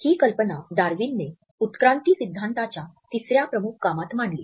ही कल्पना डार्विनने उत्क्रांती सिद्धांताच्या तिसर्या प्रमुख कामात मांडली